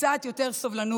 קצת יותר סובלנות,